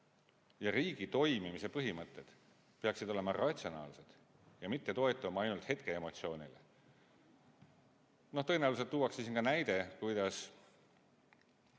ja riigi toimimise põhimõtted peaksid olema ratsionaalsed ja mitte toetuma ainult hetkeemotsioonile. Tõenäoliselt tuuakse siin ka näide, kuidas